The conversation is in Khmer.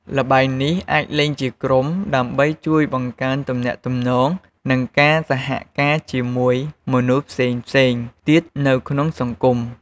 ល្បែងនេះ អាចលេងជាក្រុម ដើម្បីជួយបង្កើនទំនាក់ទំនង និងការសហការជាមួយមនុស្សផ្សេងៗទៀតនៅក្នុងសង្គម។